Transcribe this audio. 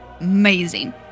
amazing